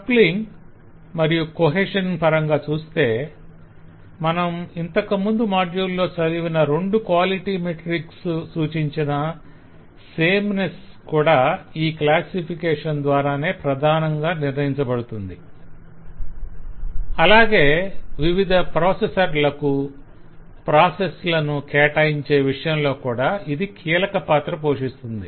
coupling మరియు cohesion పరంగా చూస్తే మనం ఇంతకు ముందు మాడ్యుల్ లో చదివిన రెండు క్వాలిటి మేట్రిక్స్ సూచించిన సేమ్నెస్ కూడా ఈ క్లాసిఫికేషన్ ద్వారానే ప్రధానంగా నిర్ణయించబడుతుంది అలాగే వివిధ ప్రాసెసర్లకు ప్రాసెస్ లను కేటాయించే విషయంలో ఇది కీలక పాత్ర పోషిస్తుంది